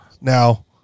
Now